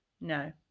No